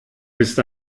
bist